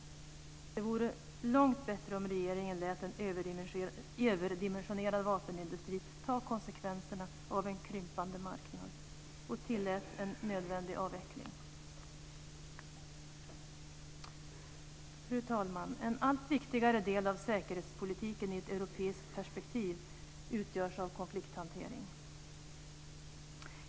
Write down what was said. Det vore långt bättre om regeringen lät en överdimensionerad vapenindustri ta konsekvenserna av en krympande marknad och tillät en nödvändig avveckling. Fru talman! En allt viktigare del av säkerhetspolitiken i ett europeiskt perspektiv utgörs av konflikthantering.